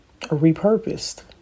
repurposed